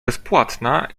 bezpłatna